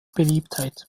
beliebtheit